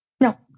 No